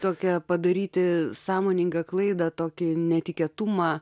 tokia padaryti sąmoningą klaidą tokį netikėtumą